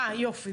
עידו,